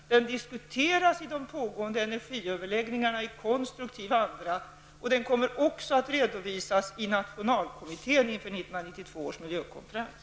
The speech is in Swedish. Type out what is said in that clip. Den diskuteras i konstruktiv anda vid de pågående energiöverläggningarna, och den kommer också att redovisas i nationalkommittén före 1992 års miljökonferens.